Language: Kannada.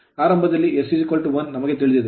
ಆರಂಭದಲ್ಲಿ s1 ನಮಗೆ ಇದು ತಿಳಿದಿದೆ